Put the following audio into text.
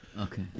Okay